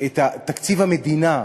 את תקציב המדינה,